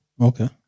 Okay